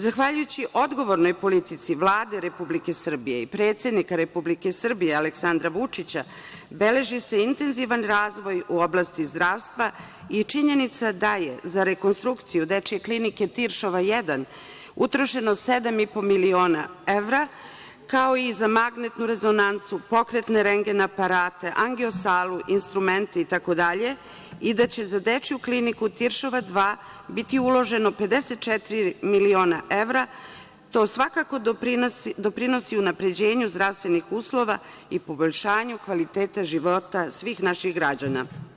Zahvaljujući odgovornoj politici Vlade Republike Srbije, predsednika Republike Srbije Aleksandra Vučića beleži se intenzivan razvoj u oblasti zdravstva i činjenica da je za rekonstrukcije Dečije klinike Tirškova 1 utrošeno 7,5 miliona evra, kao i za magnetnu rezonancu, pokretne rendgen aparate, angiosalu, instrumente, itd. i da će za Dečiju kliniku Tiršova 2 biti uloženo 54 miliona evra to svakako doprinosi unapređenju zdravstvenih uslova i poboljšanju kvaliteta života svih naših građana.